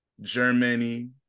Germany